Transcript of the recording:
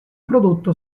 prodotto